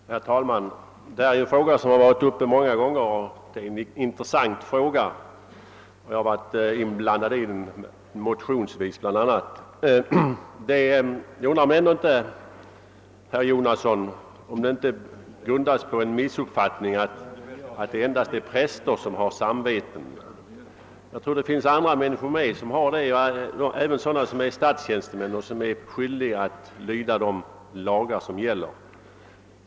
Herr talman! Detta är en intressant fråga som varit uppe många gånger. Själv har jag motionsvägen varit inblandad i den. Jag undrar, herr Jonasson, om det inte är en missuppfattning att det bara är präster som har ett samvete. Jag tror att även andra människor har det, däribland sådana som är statstjänstemän och skyldiga att lyda de lagar som gäller särskilt för dem.